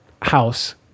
House